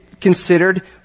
considered